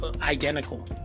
identical